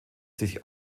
sich